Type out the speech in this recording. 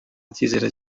cyizere